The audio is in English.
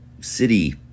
city